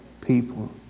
people